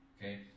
okay